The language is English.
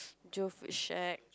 Jove is shag